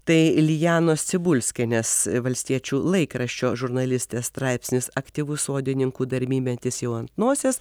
tai lijanos cibulskienės valstiečių laikraščio žurnalistės straipsnis aktyvus sodininkų darbymetis jau ant nosies